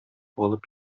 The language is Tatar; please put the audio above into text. алып